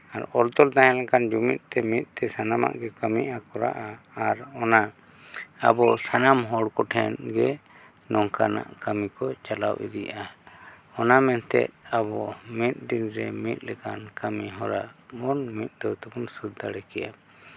ᱟᱨ ᱚᱞᱼᱛᱚᱞ ᱛᱟᱦᱮᱸ ᱞᱮᱱᱠᱷᱟᱱ ᱡᱩᱢᱤᱫ ᱛᱮ ᱢᱤᱫ ᱛᱮ ᱥᱟᱱᱟᱢᱟᱜ ᱜᱮ ᱠᱟᱹᱢᱤᱜᱼᱟ ᱠᱚᱨᱟᱜᱼᱟ ᱟᱨ ᱚᱱᱟ ᱟᱵᱚ ᱥᱟᱱᱟᱢ ᱦᱚᱲ ᱠᱚᱴᱷᱮᱱ ᱜᱮ ᱱᱚᱝᱠᱟᱱᱟᱜ ᱠᱟᱹᱢᱤ ᱠᱚ ᱪᱟᱞᱟᱣ ᱤᱫᱤᱭᱮᱫᱼᱟ ᱚᱱᱟ ᱢᱮᱱᱛᱮ ᱟᱵᱚ ᱢᱤᱫ ᱫᱤᱱ ᱨᱮ ᱢᱤᱫ ᱞᱮᱠᱟᱱ ᱠᱟᱹᱢᱤᱦᱚᱨᱟ ᱮᱢᱚᱱ ᱢᱤᱫ ᱫᱷᱟᱣ ᱛᱮᱵᱚᱱ ᱥᱟᱹᱛ ᱫᱟᱲᱮ ᱠᱮᱭᱟ